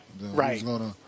right